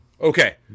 Okay